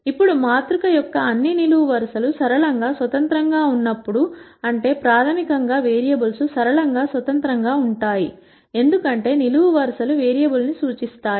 ఇప్పుడు మాతృక యొక్క అన్ని నిలువు వరుసలు సరళంగా స్వతంత్రంగా ఉన్నప్పుడు అంటే ప్రాథమికంగా వేరియబుల్స్ సరళం గా స్వతంత్రం గా ఉంటాయి ఎందుకంటే నిలువు వరుసలు వేరియబుల్ను సూచిస్తాయి